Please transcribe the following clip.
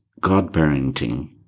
godparenting